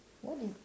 what did